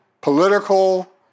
political